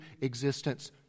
existence